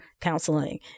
counseling